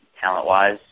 talent-wise